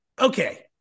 okay